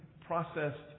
processed